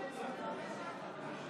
את הוועדה המסדרת.